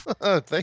Thank